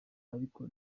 ariko